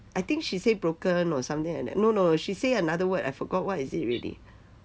I think she say broken or something like that no no she say another word I forgot what is it already